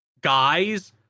guys